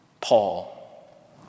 Paul